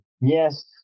Yes